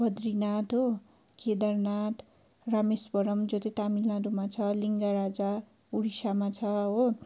बद्र्रीनाथ हो केदारनाथ रामेश्वरम जो चाहिँ तामिलनाडूमा छ लिङ्गाराजा उडिसामा छ हो